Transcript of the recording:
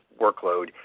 workload